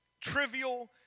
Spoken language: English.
trivial